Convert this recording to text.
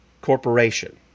corporation